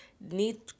need